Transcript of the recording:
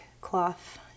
cloth